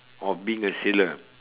of being a sailor